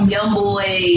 YoungBoy